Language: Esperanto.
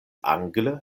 angle